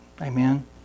Amen